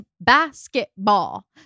basketball